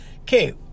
Okay